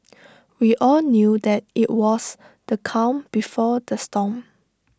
we all knew that IT was the calm before the storm